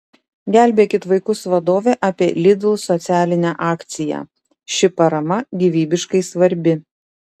gelbėkit vaikus vadovė apie lidl socialinę akciją ši parama gyvybiškai svarbi